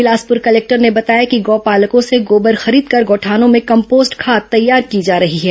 Bilaspur collector ने बताया कि गौपालकों से गोबर खरीद कर गौठानों में कम्पोस्ट खाद तैयार किए जा रहे हैं